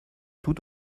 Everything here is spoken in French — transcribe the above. tout